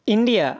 India